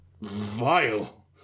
vile